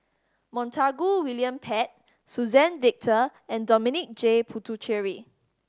Montague William Pett Suzann Victor and Dominic J Puthucheary